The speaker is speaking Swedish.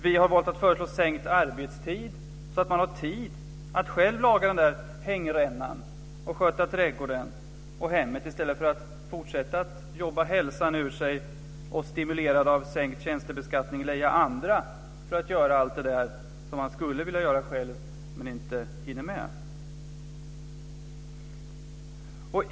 Vi har valt att föreslå sänkt arbetstid, så att man har tid att själv laga den där hängrännan, sköta trädgården och hemmet i stället för att fortsätta jobba hälsan ur sig och stimulerad av sänkt tjänstebeskattning leja andra för att göra allt det man skulle vilja göra själv men inte hinner med.